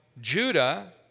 Judah